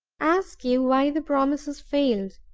ask you why the promises failed?